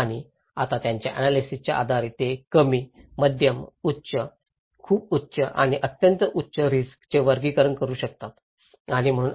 आणि आता त्यांच्या अन्यालीसीसाच्या आधारे ते कमी मध्यम उच्च खूप उच्च किंवा अत्यंत उच्च रिस्क चे वर्गीकरण करू शकतात आणि म्हणून आपण हे करू शकता